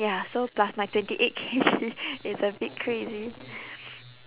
ya so plus my twenty eight K_G it's a bit crazy